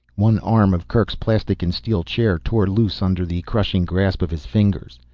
one arm of kerk's plastic and steel chair tore loose under the crushing grasp of his fingers.